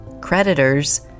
creditors